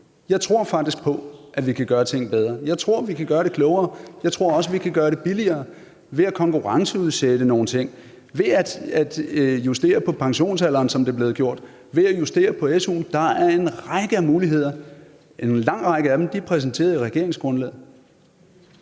Jeg tror faktisk på, at vi kan gøre ting bedre. Jeg tror, vi kan gøre det klogere. Jeg tror også, vi kan gøre det billigere ved at konkurrenceudsætte nogle ting, ved at justere pensionsalderen, som det er blevet gjort, ved at justere SU'en. Der er en række muligheder, og en lang række af dem er præsenteret i regeringsgrundlaget.